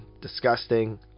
disgusting